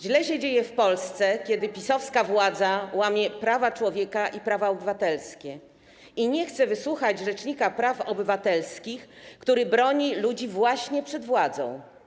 Źle się dzieje w Polsce, kiedy PiS-owska władza łamie prawa człowieka, prawa obywatelskie i nie chce wysłuchać rzecznika praw obywatelskich, który broni ludzi właśnie przed władzą.